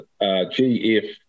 GF